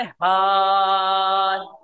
heart